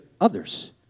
others